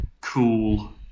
cool